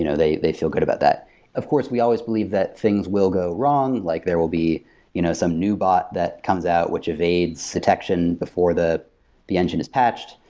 you know they they feel good about that of course, we always believe that things will grow wrong. like there will be you know some new bot that comes out, which evades detection before the the engine is patched.